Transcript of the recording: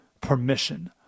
permission